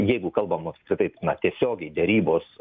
jeigu kalbam apskritai na tiesiogiai derybos